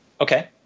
Okay